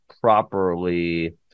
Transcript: properly